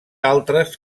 altres